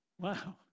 Wow